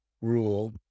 rule